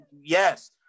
yes